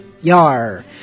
Yar